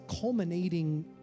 culminating